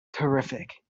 terrific